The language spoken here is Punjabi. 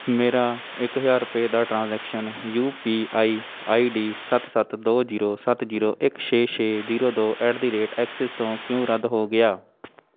ਮੇਰਾ ਇੱਕ ਹਜ਼ਾਰ ਰੁਪਏ ਦਾ transaction U P I I D ਸੱਤ ਸੱਤ ਦੋ ਜ਼ੀਰੋ ਸੱਤ ਜ਼ੀਰੋ ਇੱਕ ਛੇ ਛੇ ਜ਼ੀਰੋ ਦੋ ਐਟ ਦੀ ਰੇਟ ਐਕਸਿਸ ਤੋਂ ਕਿਉਂ ਰੱਦ ਹੋ ਗਿਆ